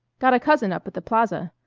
got a cousin up at the plaza.